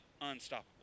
unstoppable